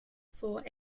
for